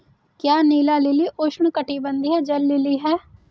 क्या नीला लिली उष्णकटिबंधीय जल लिली है?